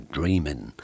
Dreaming